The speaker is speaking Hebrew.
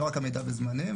לא רק עמידה בזמנים,